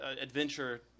adventure